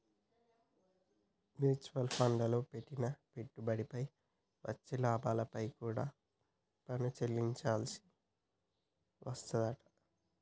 mutual ఫండ్లల్లో పెట్టిన పెట్టుబడిపై వచ్చే లాభాలపై కూడా పన్ను చెల్లించాల్సి వస్తాదంట